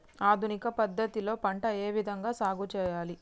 ఆధునిక పద్ధతి లో పంట ఏ విధంగా సాగు చేయాలి?